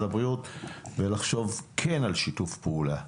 הבריאות ולחשוב כן על שיתוף פעולה.